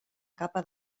capa